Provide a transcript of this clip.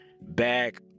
back